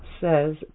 says